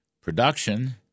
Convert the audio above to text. production